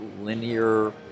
linear